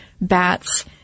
bats